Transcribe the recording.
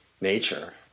nature